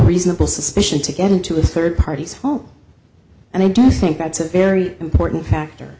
reasonable suspicion to get into a third party's home and i do think that's a very important factor